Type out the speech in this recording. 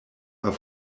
are